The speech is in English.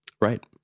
Right